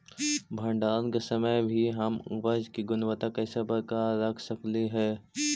भंडारण के समय भी हम उपज की गुणवत्ता कैसे बरकरार रख सकली हे?